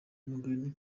mugheni